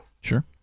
Sure